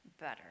better